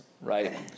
right